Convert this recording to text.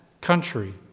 country